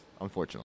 Unfortunately